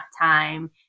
time